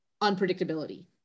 unpredictability